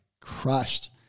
crushed